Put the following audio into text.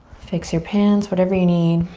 fix your pants, whatever you need.